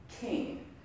king